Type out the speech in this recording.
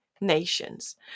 nations